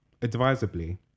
advisably